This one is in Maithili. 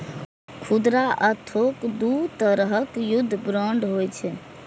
खुदरा आ थोक दू तरहक युद्ध बांड होइ छै